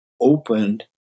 opened